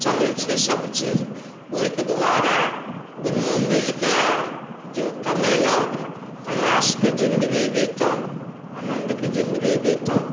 चलै छै सबचीज ओहिके दुआरे दुन्नू मिलिके जे कमेलक तऽ एशके जिन्दगी बितल आनन्दके जिन्दगी बितल